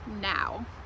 now